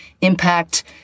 impact